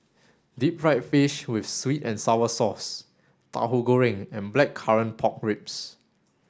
deep fried fish with sweet and sour sauce tahu Goreng and blackcurrant pork ribs